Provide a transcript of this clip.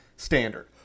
standard